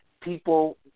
people